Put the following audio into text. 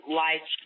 life